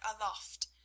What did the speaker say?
aloft